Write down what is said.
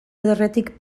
ederretik